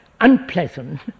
unpleasant